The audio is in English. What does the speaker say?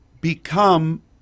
become